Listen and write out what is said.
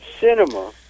cinema